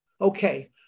Okay